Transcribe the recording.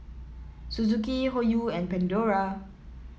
Suzuki Hoyu and Pandora